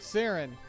Siren